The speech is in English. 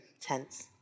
tense